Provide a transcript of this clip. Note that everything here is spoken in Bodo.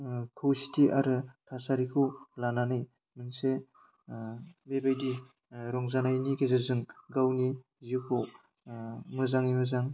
खौसेथि आरो थासारिखौ लानानै मोनसे बेबायदि रंजानायनि गेजेरजों गावनि जिउखौ मोजाङै मोजां